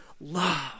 love